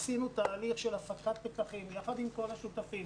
עשינו תהליך של הפקת לקחים יחד עם כל השותפים,